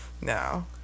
No